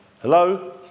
Hello